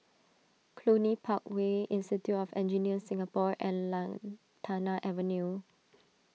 Cluny Park Way Institute of Engineers Singapore and Lantana Avenue